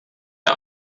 der